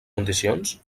condicions